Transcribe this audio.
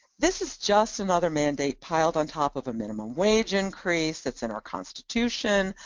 this is just another mandate piled on top of a minimum wage increase that's in our constitution,